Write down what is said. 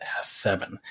S7